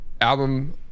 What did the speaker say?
Album